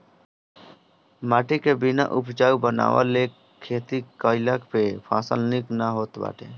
माटी के बिना उपजाऊ बनवले खेती कईला पे फसल निक ना होत बाटे